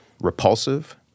repulsive